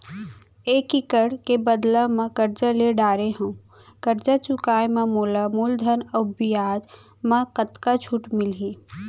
एक एक्कड़ के बदला म करजा ले डारे हव, करजा चुकाए म मोला मूलधन अऊ बियाज म कतका छूट मिलही?